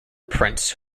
prints